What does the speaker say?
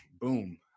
boom